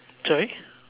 sorry